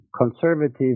conservative